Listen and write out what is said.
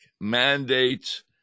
mandates